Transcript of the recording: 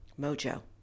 Mojo